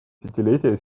десятилетие